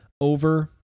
over